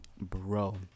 bro